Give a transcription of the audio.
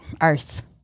earth